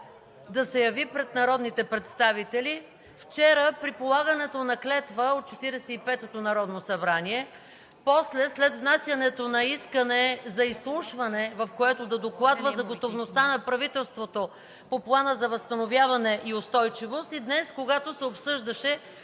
да се яви пред народните представители: вчера при полагането на клетва от 45-ото народно събрание, после, след внасянето на искане за изслушване, в което да докладва за готовността на правителството по Плана за възстановяване и устойчивост, и днес, когато се обсъждаше